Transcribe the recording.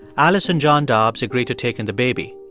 alice and john dobbs agreed to take in the baby,